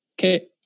Okay